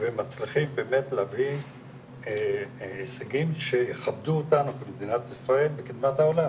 ומצליחים באמת להביא להישגים שיכבדו אותנו במדינת ישראל לקדמת העולם,